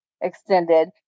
extended